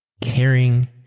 caring